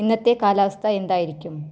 ഇന്നത്തെ കാലാവസ്ഥ എന്തായിരിക്കും